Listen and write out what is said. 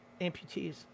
amputees